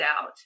out